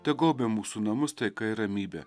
tegaubia mūsų namus taika ir ramybė